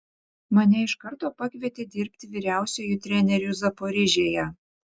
mane iš karto pakvietė dirbti vyriausiuoju treneriu zaporižėje